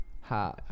Hi